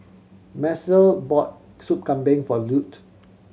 Macel bought Soup Kambing for Lute